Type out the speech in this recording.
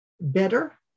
better